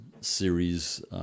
series